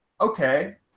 okay